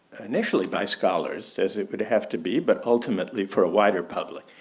initially by scholars as it would have to be, but ultimately for a wider public.